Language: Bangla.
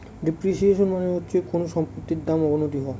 ডেপ্রিসিয়েশন মানে হচ্ছে কোনো সম্পত্তির দাম অবনতি হওয়া